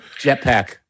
Jetpack